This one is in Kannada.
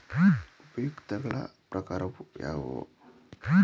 ಉಪಯುಕ್ತತೆಗಳ ಪ್ರಕಾರಗಳು ಯಾವುವು?